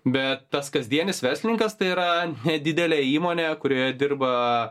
be tas kasdienis verslininkas tai yra nedidelė įmonė kurioje dirba